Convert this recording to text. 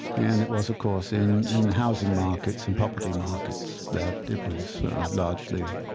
and it was, of course, in in housing markets and property markets that it was largely